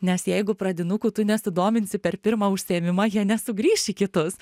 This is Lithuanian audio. nes jeigu pradinukų tu nesudominsi per pirmą užsiėmimą jie nesugrįš į kitus